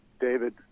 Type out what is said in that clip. David